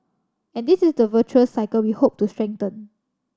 and this is the virtuous cycle we hope to strengthen